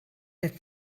that